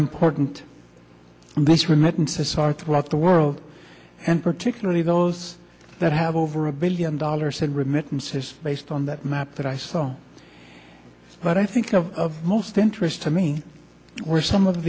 important this remittances are throughout the world and particularly those that have over a billion dollars said riminton says based on that map that i saw but i think of most interest to me were some of